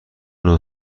نوع